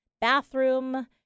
bathroom